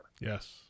Yes